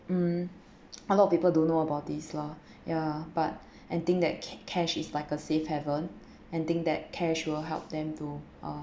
mm a lot of people don't know about this lah ya but and think that ca~ cash is like a safe haven and think that cash will help them to uh